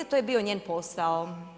To je bio njen posao.